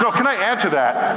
no, can i add to that?